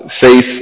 faith